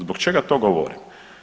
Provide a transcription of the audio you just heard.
Zbog čega to govorim?